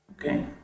Okay